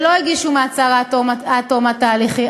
ולא הגישו בקשות מעצר עד תום ההליכים,